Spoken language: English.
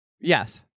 yes